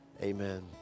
amen